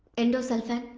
endosulfan,